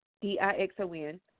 D-I-X-O-N